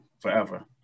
forever